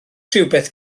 rhywbeth